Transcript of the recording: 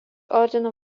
ordino